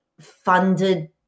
funded